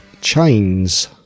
chains